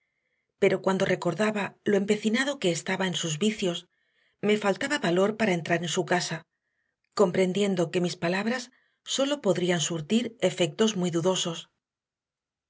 pero cuando recordaba lo empecinado que estaba en sus vicios me faltaba valor para entrar en su casa comprendiendo que mis palabras sólo podrían surtir efectos muy dudosos